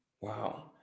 Wow